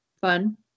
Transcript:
fun